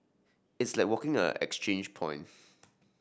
it's like a walking exchange point